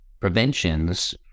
preventions